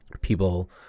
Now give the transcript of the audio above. People